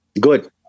Good